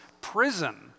prison